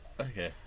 Okay